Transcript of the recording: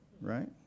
right